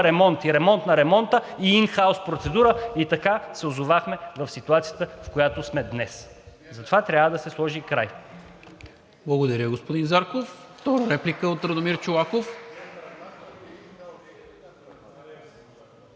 ремонт и ремонт на ремонта и ин хаус процедура и така се озовахме в ситуацията, в която сме днес. Затова трябва да се сложи край.